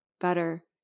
better